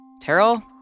Terrell